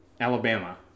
Alabama